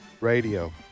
Radio